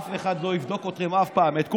אף אחד לא יבדוק אתכם אף פעם, את כולכם.